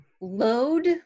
load